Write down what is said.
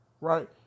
Right